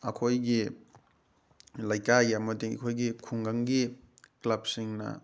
ꯑꯩꯈꯣꯏꯒꯤ ꯂꯩꯀꯥꯏꯒꯤ ꯑꯃꯗꯤ ꯑꯩꯈꯣꯏꯒꯤ ꯈꯨꯡꯒꯪꯒꯤ ꯀ꯭ꯂꯕꯁꯤꯡꯅ